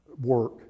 work